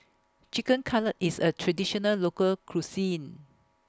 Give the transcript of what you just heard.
Chicken Cutlet IS A Traditional Local Cuisine